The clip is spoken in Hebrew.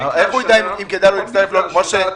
משה,